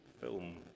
Film